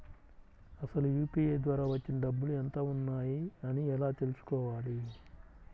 అసలు యూ.పీ.ఐ ద్వార వచ్చిన డబ్బులు ఎంత వున్నాయి అని ఎలా తెలుసుకోవాలి?